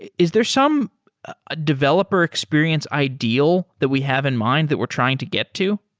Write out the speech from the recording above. is there some developer experience ideal that we have in mind that we're trying to get to?